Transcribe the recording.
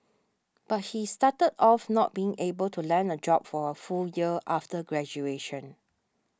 but he started off not being able to land a job for a full year after graduation